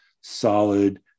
solid